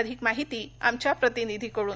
अधिक माहिती आमच्या प्रतिनिधीकडून